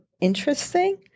interesting